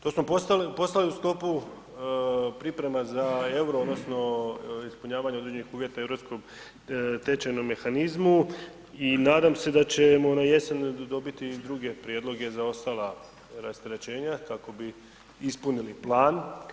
To smo poslali u sklopu priprema za euro, odnosno ispunjavanja određenih uvjeta europskog tečajnog mehanizmu i nadam se da ćemo na jesen dobiti i druge prijedloge za ostala rasterećenja kako bi ispunili plan.